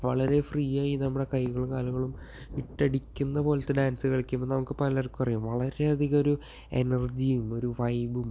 വളരെ ഫ്രീയായി നമ്മുടെ കൈകളും കാലുകളും ഇട്ടടിക്കുന്നതു പോലത്തെ ഡാൻസ് കളിക്കുമ്പോൾ നമുക്ക് പലർക്കുമറിയാം വളരെയധികമൊരു എനർജിയും ഒരു വൈബും